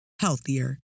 healthier